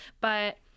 But-